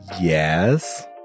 Yes